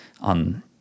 on